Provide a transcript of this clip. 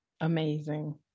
Amazing